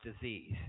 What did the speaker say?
disease